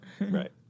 Right